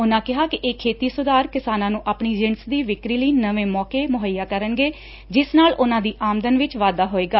ਉਨਾਂ ਕਿਹਾ ਕਿ ਇਹ ਖੇਤੀ ਸੁਧਾਰ ਕਿਸਾਨਾਂ ਨੁੰ ਆਪਣੀ ਜਿਣਸ ਦੀ ਵਿਕਰੀ ਲਈ ਨਵੇਂ ਮੌਕੇ ਮੁਹੱਈਆ ਕਰਨਗੇ ਜਿਸ ਨਾਲ ਉਨੂਾ ਦੀ ਆਦਮਨ ਵਿਚ ਵਾਧਾ ਹੋਵੇਗਾ